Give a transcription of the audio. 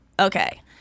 Okay